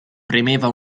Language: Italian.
premeva